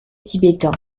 tibétain